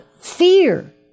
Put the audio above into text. fear